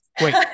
Wait